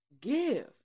give